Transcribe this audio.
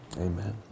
amen